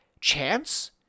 chance